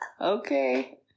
Okay